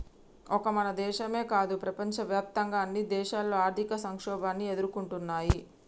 ఒక మన దేశమో కాదు ప్రపంచవ్యాప్తంగా అన్ని దేశాలు ఆర్థిక సంక్షోభాన్ని ఎదుర్కొంటున్నయ్యి